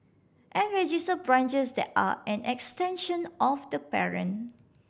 and register branches that are an extension of the parent